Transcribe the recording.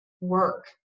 work